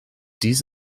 dies